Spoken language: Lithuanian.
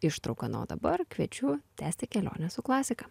ištrauka na o dabar kviečiu tęsti kelionę su klasika